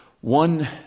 One